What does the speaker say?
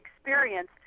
experience